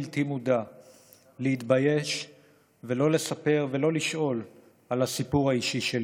מודע להתבייש ולא לספר ולא לשאול על הסיפור האישי שלי.